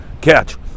catch